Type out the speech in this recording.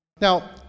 Now